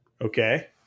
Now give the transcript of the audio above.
Okay